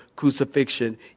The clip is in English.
crucifixion